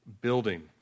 building